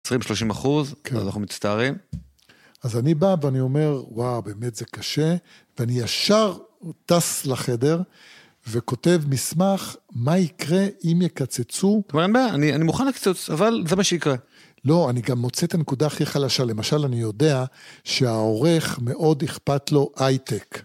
20-30 אחוז, אז אנחנו מצטערים. אז אני בא ואני אומר, וואו, באמת זה קשה, ואני ישר טס לחדר, וכותב מסמך, מה יקרה אם יקצצו? אתה אומר, אני מוכן לקצוץ, אבל זה מה שיקרה. לא, אני גם מוצא את הנקודה הכי חלשה, למשל, אני יודע שהעורך מאוד אכפת לו הייטק.